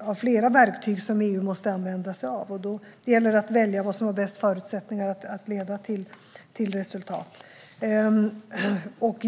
av flera verktyg som EU måste använda sig av, och det gäller att välja det som har bäst förutsättningar att leda till resultat.